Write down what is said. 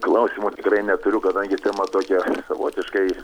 klausimo tikrai neturiu kadangi tema tokia savotiškai